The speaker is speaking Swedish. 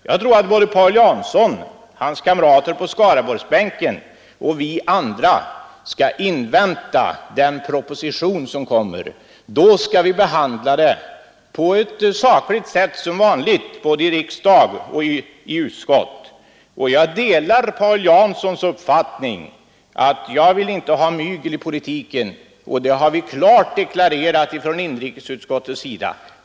Jag tror att såväl Paul Jansson och hans kamrater på Skaraborgsbänken som vi andra skall invänta den proposition som kommer. Då skall vi behandla frågan på ett sakligt sätt som vanligt i både utskott och kammare. Jag delar Paul Janssons uppfattning att det inte skall vara mygel i politiken. Det har vi klart deklarerat från inrikesutskottets sida.